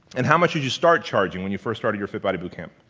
and how much did you start charging when you first started your fit body boot camp?